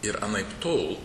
ir anaiptol